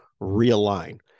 realign